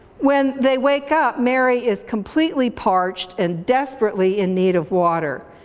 when they wake up, mary is completely parched and desperately in need of water.